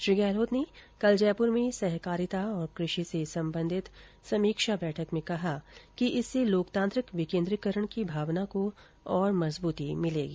श्री गहलोत ने कल जयपुर में सहकारिता और कृषि से संबंधित समीक्षा बैठक में कहा कि इससे लोकतांत्रिक विकेन्द्रीकरण की भावना को और मंजबूती मिलेगी